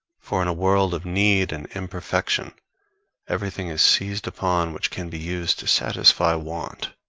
for in a world of need and imperfection everything is seized upon which can be used to satisfy want.